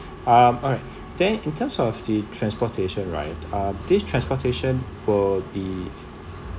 um alright then in terms of the transportation right uh these transportation will be